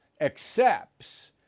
accepts